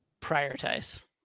prioritize